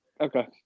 okay